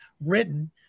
written